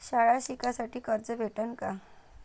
शाळा शिकासाठी कर्ज भेटन का?